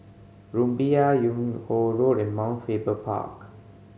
Rumbia Yung Ho Road and Mount Faber Park